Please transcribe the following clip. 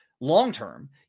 long-term